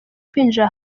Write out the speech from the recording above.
kwinjira